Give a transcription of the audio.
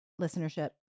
listenership